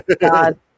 god